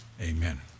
amen